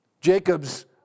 Jacob's